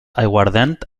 aiguardent